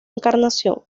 encarnación